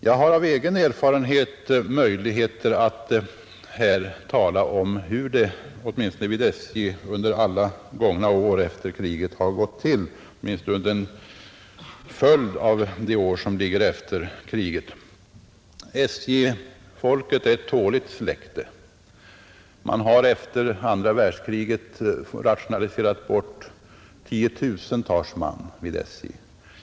Jag har av egen erfarenhet möjlighet att här tala om hur det åtminstone vid SJ under alla gångna år efter kriget har gått till. SJ-folket är ett tåligt släkte. Man har efter andra världskriget rationaliserat bort tiotusentals man vid SJ.